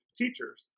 teachers